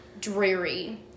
dreary